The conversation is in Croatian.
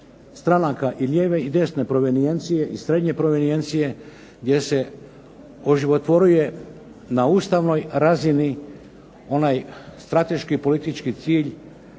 i lijeve i desne provenijencije i srednje provenijencije, gdje se oživotvoruje na ustavnoj razini onaj strateški politički cilj